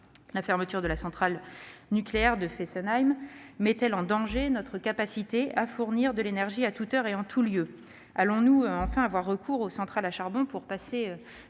La fermeture de la centrale nucléaire de Fessenheim met-elle en danger notre capacité à fournir de l'énergie à toute heure et en tout lieu ?